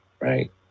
right